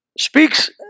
speaks